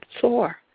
soar